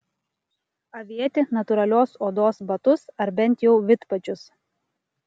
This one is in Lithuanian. avėti natūralios odos batus ar bent jau vidpadžius